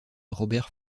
robert